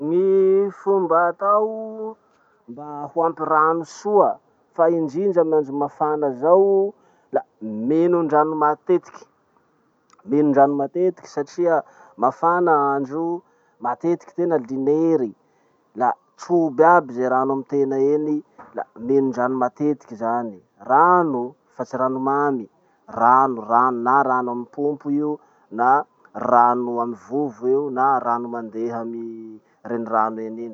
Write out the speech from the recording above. Gny fomba atao mba ho ampy rano soa fa indrindra amy andro mafana zao la minondrano matetiky. Minondrano matetiky satria mafana andro o, matetiky tena linery, la trobo iaby ze rano amy tena eny, la minondrano matetiky zany. Rano fa tsy rano mamy. Rano rano. Na rano amy pompy io na rano amy vovo io na rano mandeha amy renirano eny iny.